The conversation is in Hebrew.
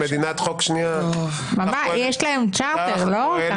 יש להם צ'ארטר, נכון?